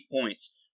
points